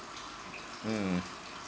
mm